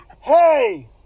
hey